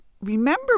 Remember